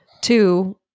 two